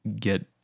get